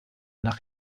nach